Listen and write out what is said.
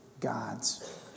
God's